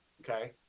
okay